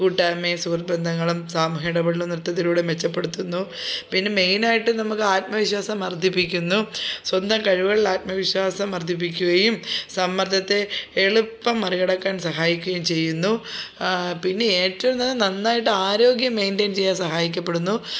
കൂട്ടായ്മയും സുഹൃത്ത്ബന്ധങ്ങളും സാമൂഹിക ഇടപെടലും നൃത്തത്തിലൂടെ മെച്ചപ്പെടുത്തുന്നു പിന്നെ മെയ്നായിട്ട് നമുക്ക് ആത്മവിശ്വാസം വർധിപ്പിക്കുന്നു സ്വന്തം കഴിവുകളിൽ ആത്മവിശ്വാസം വർദ്ധിപ്പിക്കുകയും സമ്മർദ്ദത്തെ എളുപ്പം മറികടക്കാൻ സഹായിക്കുകയും ചെയ്യുന്നു പിന്നെ ഏറ്റവുംതന്നെ നന്നായിട്ട് ആരോഗ്യം മെയിറ്റെയ്ൻ ചെയ്യാൻ സഹായിക്കപ്പെടുന്നു